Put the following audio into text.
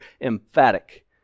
Emphatic